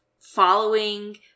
following